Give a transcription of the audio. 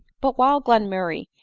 but while glenmurray,